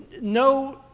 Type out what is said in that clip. no